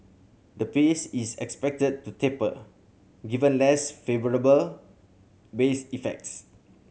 the pace is expected to taper given less favourable base effects